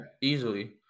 Easily